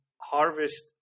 harvest